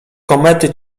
komety